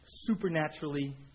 supernaturally